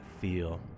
feel